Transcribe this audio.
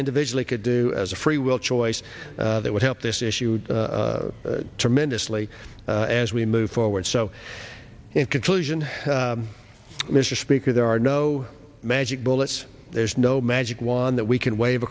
individually could do as a free will choice that would help this issue tremendously as we move forward so in conclusion mr speaker there are no magic bullets there's no magic wand that we can wave